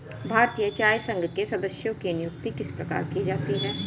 भारतीय चाय संघ के सदस्यों की नियुक्ति किस प्रकार की जाती है?